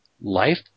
life